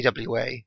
AWA